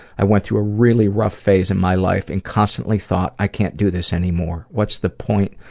i went through a really rough phase in my life and constantly thought, i can't do this anymore. what's the point?